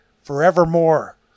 forevermore